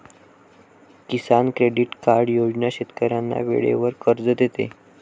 किसान credit card योजना शेतकऱ्यांना वेळेवर कर्ज देते